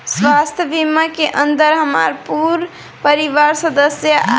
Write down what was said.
स्वास्थ्य बीमा के अंदर हमार पूरा परिवार का सदस्य आई?